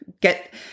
get